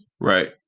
Right